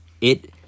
It-